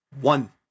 one